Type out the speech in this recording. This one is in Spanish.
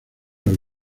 los